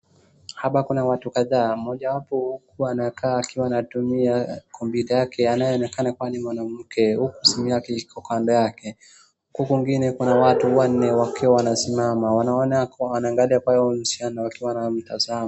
Hapa kuna watu kadhaa mojawapo anaonekana kuwa anatumia kompyuta yake anayeonekana kuwa ni mwanamke huku simu yake iko kando yake, huku kwingine kuna watu wanne wakiwa wanasimama ambaye wanaangalia huyu msichana wakiwa wanamtazama.